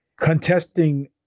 contesting